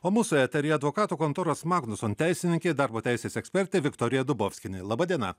o mūsų eteryje advokatų kontoros magnuson teisininkė darbo teisės ekspertė viktorija dubovskienė laba diena